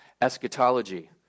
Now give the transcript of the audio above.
eschatology